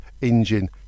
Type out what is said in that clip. engine